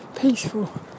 peaceful